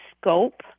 scope